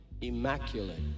immaculate